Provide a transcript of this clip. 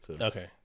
Okay